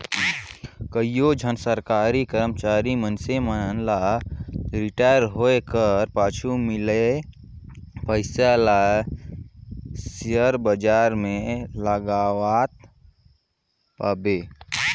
कइयो झन सरकारी करमचारी मइनसे मन ल रिटायर होए कर पाछू मिलोइया पइसा ल सेयर बजार में लगावत पाबे